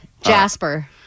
Jasper